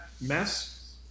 mess